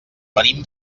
venim